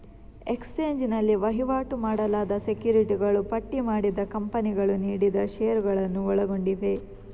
exchange ನಲ್ಲಿ ವಹಿವಾಟು ಮಾಡಲಾದ ಸೆಕ್ಯುರಿಟಿಗಳು ಪಟ್ಟಿ ಮಾಡಿದ ಕಂಪನಿಗಳು ನೀಡಿದ ಷೇರುಗಳನ್ನು ಒಳಗೊಂಡಿವೆ